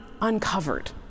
uncovered